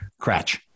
Cratch